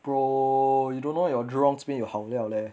bro you don't know your jurong spring 有好料 leh